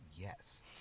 yes